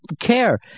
care